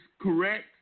correct